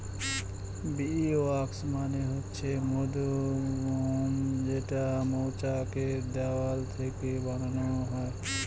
bee wax মানে হচ্ছে মধুমোম যেটা মৌচাক এর দেওয়াল থেকে বানানো হয়